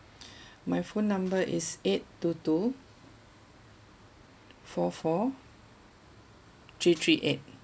my phone number is e ight two two four four three three eight